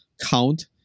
count